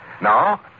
Now